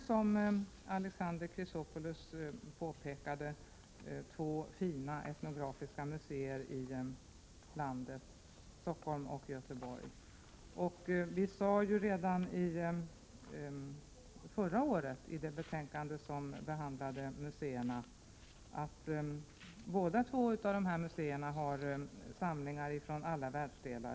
Som Alexander Chrisopoulos påpekade, har vi ju två fina etnografiska museer i landet, i Stockholm och Göteborg. Vi sade redan förra året, i det betänkande som behandlade museerna, att båda dessa museer har samlingar från alla världsdelar.